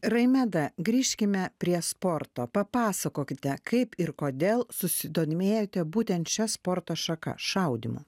raimeda grįžkime prie sporto papasakokite kaip ir kodėl susidomėjote būtent šia sporto šaka šaudymu